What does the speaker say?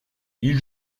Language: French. ils